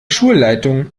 schulleitung